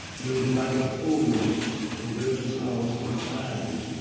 will be like a fool who built his house on sand.